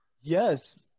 Yes